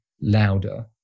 louder